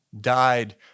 died